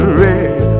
red